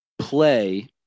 play